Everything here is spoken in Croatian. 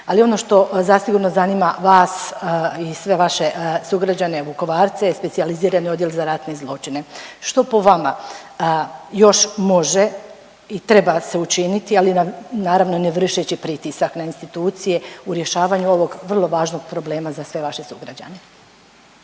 Ali ono što zasigurno zanima vas i sve vaše sugrađane Vukovarce je Specijalizirani odjel za ratni zločine, što po vama još može i treba se učiniti, ali naravno ne vršeći pritisak na institucije u rješavanju ovog vrlo važnog problema za sve vaše sugrađane?